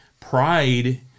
pride